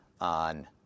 on